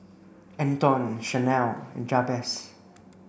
Antone Shanelle and Jabez